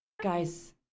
guys